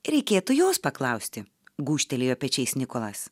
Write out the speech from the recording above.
reikėtų jos paklausti gūžtelėjo pečiais nikolas